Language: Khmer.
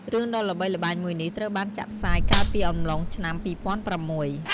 រឿងដ៏ល្បីល្បាញមួយនេះ ត្រូវបានចាក់ផ្សាយកាលពីអំឡុងឆ្នាំ២០០៦។